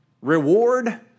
reward